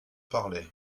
parlait